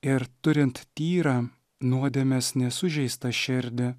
ir turint tyrą nuodėmės nesužeistą širdį